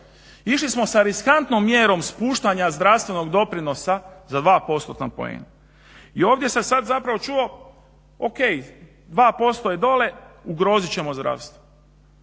Išli smo s riskantnom mjerom spuštanja zdravstvenog doprinosa za 2 postotna poena i ovdje se sad zapravo čuo, o.k. 2% je dolje, ugrozit ćemo zdravstvo.